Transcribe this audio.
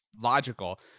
logical